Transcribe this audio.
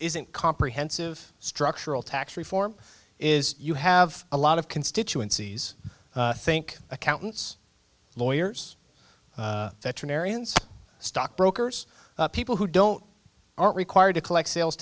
isn't comprehensive structural tax reform is you have a lot of constituencies think accountants lawyers that train ariens stockbrokers people who don't aren't required to collect sales